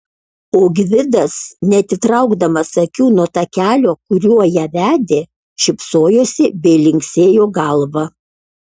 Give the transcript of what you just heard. o gvidas neatitraukdamas akių nuo takelio kuriuo ją vedė šypsojosi bei linksėjo galva